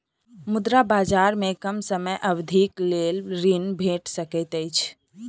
मुद्रा बजार में कम समय अवधिक लेल ऋण भेट सकैत अछि